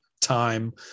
time